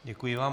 Děkuji vám.